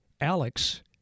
Alex